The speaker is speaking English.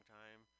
time